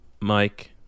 Mike